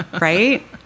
right